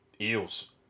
Eels